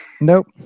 Nope